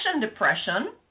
depression